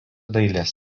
dailės